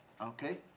okay